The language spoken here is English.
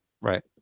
right